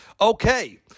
Okay